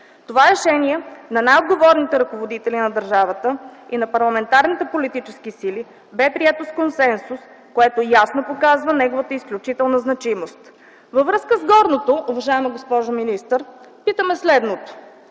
Това решение на най-отговорните ръководители на държавата и на парламентарните политически сили бе прието с консенсус, което ясно показва неговата изключителна значимост. Във връзка с горното, уважаема госпожо министър, питаме следното: